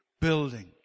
building